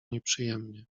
nieprzyjemnie